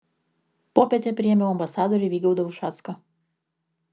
popietę priėmiau ambasadorių vygaudą ušacką